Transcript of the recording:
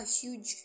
huge